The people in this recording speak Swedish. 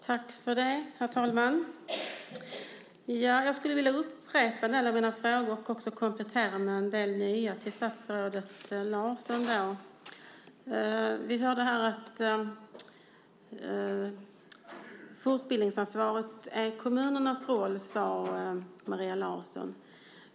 Herr talman! Jag skulle vilja upprepa några frågor och också komplettera med en del nya till statsrådet Larsson. Vi hörde att fortbildningsansvaret ligger på kommunerna.